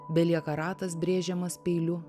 belieka ratas brėžiamas peiliu